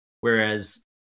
Whereas